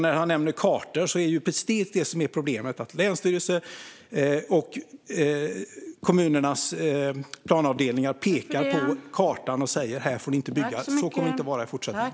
När han nämner kartor är det precis detta som är problemet: Länsstyrelser och kommunernas planavdelningar pekar på kartan och säger "Här får ni inte bygga". Så kommer det inte att vara i fortsättningen.